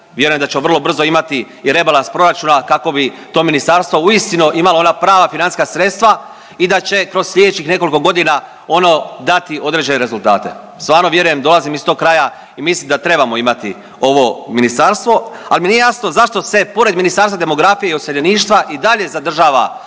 Vjerujem da ćemo vrlo brzo imati i rebalans proračuna kako bi to ministarstvo uistinu imalo ona prava financijska sredstava i da će kroz slijedećih nekoliko godina ono dati određene rezultate. Stvarno vjerujem, dolazim iz tog kraja i mislim da trebamo imati ovo ministarstvo, al mi nije jasno zašto se pored Ministarstva demografije i iseljeništva i dalje zadržava